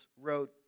wrote